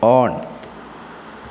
on